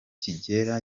kigera